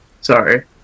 Sorry